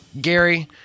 Gary